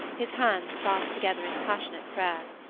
his hands clasped together in passionate prayer.